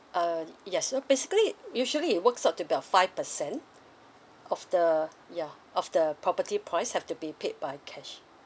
uh yes so basically usually it works out to be about five percent of the ya of the property price have to be paid by cash